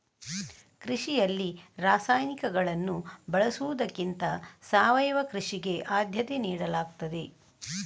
ಕೃಷಿಯಲ್ಲಿ ರಾಸಾಯನಿಕಗಳನ್ನು ಬಳಸುವುದಕ್ಕಿಂತ ಸಾವಯವ ಕೃಷಿಗೆ ಆದ್ಯತೆ ನೀಡಲಾಗ್ತದೆ